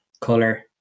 color